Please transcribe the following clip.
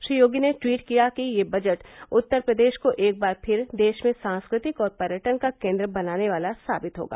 श्री योगी ने ट्वीट किया कि यह बजट उत्तर प्रदेश को एक बार फिर देश में सांस्कृतिक और पर्यटन का केंद्र बनाने वाला सावित होगा